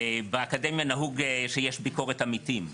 באקדמיה נהוג שיש ביקורת עמיתים.